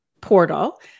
portal